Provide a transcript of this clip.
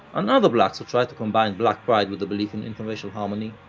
and other blacks who tried to combine black pride with a belief in inter-racial harmony,